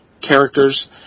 characters